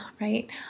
right